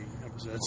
episodes